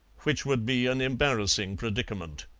which would be an embarrassing predicament.